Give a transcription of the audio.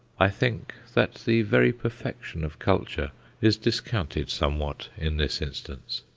i think that the very perfection of culture is discounted somewhat in this instance.